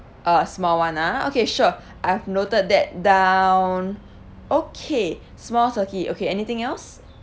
uh small one ah okay sure I've noted that down okay small turkey okay anything else